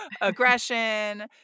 aggression